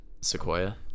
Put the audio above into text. Sequoia